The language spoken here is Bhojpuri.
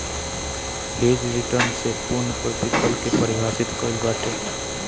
हेज रिटर्न से पूर्णप्रतिफल के पारिभाषित कईल गईल बाटे